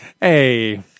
Hey